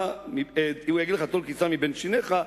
טול קיסם מבין שיניך,